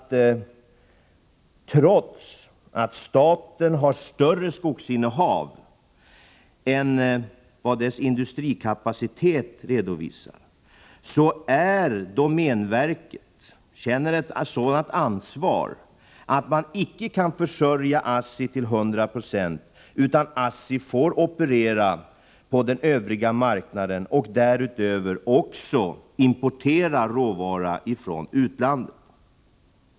Trots att staten har ett större skogsinnehav än dess industrikapacitet visar känner domänverket ett sådant ansvar att man icke försörjer ASSI till 100 96, utan ASSI får operera på den övriga marknaden och även importera råvara från utlandet.